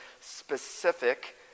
specific